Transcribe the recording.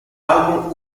album